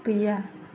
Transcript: गैया